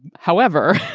however,